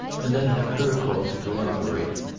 and then have her called to corroborate it.